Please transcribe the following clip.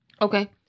Okay